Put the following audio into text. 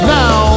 now